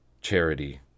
charity